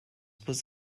was